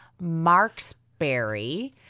Marksberry